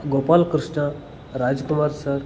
Gopalakrishna Rajkumar sir